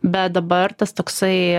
bet dabar tas toksai